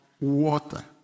water